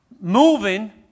Moving